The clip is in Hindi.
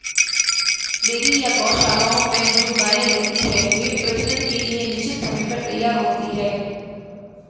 डेयरी या गोशालाओं में जो गायें रहती हैं, वे प्रजनन के लिए निश्चित समय पर तैयार होती हैं